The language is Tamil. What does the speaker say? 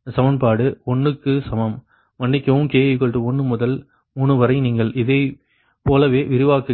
இந்த சமன்பாடு 1 க்கு சமம் மன்னிக்கவும் k 1 முதல் 3 வரை நீங்கள் இதைப் போலவே விரிவாக்குகிறீர்கள் i 2 i 3